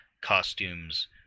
costumes